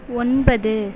ஒன்பது